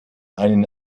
einen